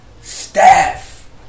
staff